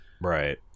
Right